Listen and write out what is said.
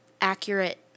accurate